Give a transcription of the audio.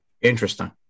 interesting